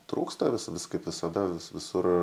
trūksta vis kaip visada visur